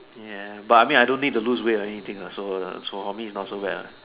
ya but I mean I don't need to lose weight or anything also uh so for me is not so bad